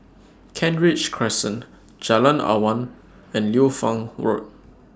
Kent Ridge Crescent Jalan Awan and Liu Fang Road